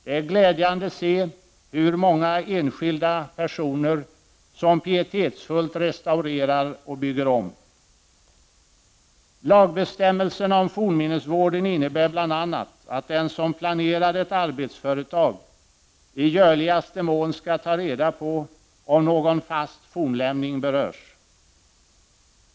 Det är glädjande att se hur många enskilda personer som pietetsfullt restaurerar och bygger om. Lagbestämmelserna om fornminnesvård innebär bl.a. att den som planerar ett arbetsföretag i görligaste mån skall ta reda på om någon fast fornlämning berörs.